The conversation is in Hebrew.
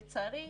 לצערי,